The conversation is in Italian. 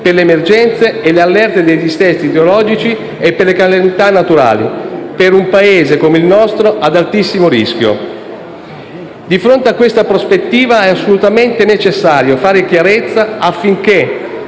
delle emergenze, delle allerte dei dissesti idrogeologici e delle calamità naturali in un Paese, come il nostro, ad altissimo rischio. Di fronte a questa prospettiva è assolutamente necessario fare chiarezza, affinché